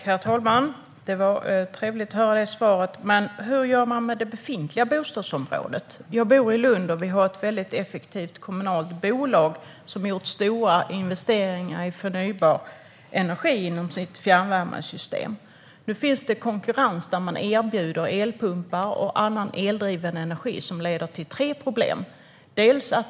Herr talman! Det var ett trevligt svar. Hur gör man med det befintliga bostadsbeståndet? Jag bor i Lund, och där finns det ett effektivt kommunalt bolag som har gjort stora investeringar i förnybar energi inom sitt fjärrvärmesystem. Nu finns konkurrens där man erbjuder elpumpar och annan eldriven energi som leder till tre problem.